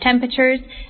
temperatures